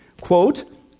Quote